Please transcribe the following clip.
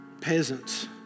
peasants